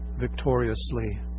victoriously